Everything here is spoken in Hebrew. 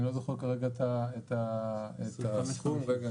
אני לא זוכר כרגע את הסכום - רגע,